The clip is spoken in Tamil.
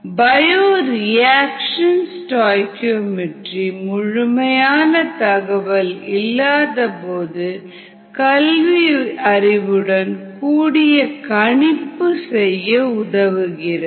பயோரியாக்சன் ஸ்டாஇகீஓமெட்ரி முழுமையான தகவல் இல்லாதபோது கல்வி அறிவுடன் கூடிய கணிப்பு செய்ய உதவுகிறது